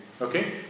Okay